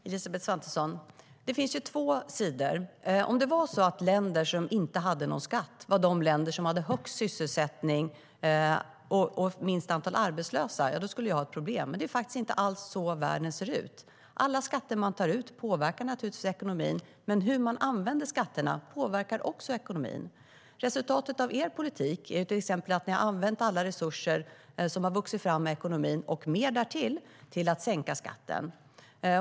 Herr talman! Elisabeth Svantesson! Det finns två sidor. Om det var så att länder som inte hade någon skatt var de länder som hade högst sysselsättning och minst antal arbetslösa skulle vi ha ett problem. Men det är faktiskt inte alls så världen ser ut. Alla skatter man tar ut påverkar naturligtvis ekonomin, men hur man använder skatterna påverkar också ekonomin. Resultatet av er politik är till exempel att ni har använt alla resurser som har vuxit fram i ekonomin, och mer därtill, till att sänka skatten.